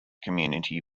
community